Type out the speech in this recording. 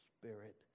Spirit